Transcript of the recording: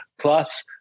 plus